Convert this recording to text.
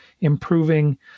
improving